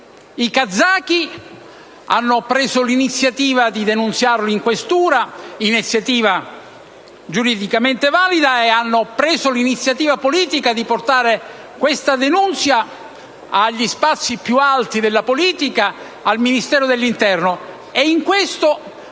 i kazaki hanno preso l'iniziativa di denunziarlo alla questura (iniziativa giuridicamente valida) e hanno preso la decisione politica di portare tale denunzia ai livelli più alti della politica, ossia al Ministero dell'interno.